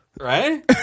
Right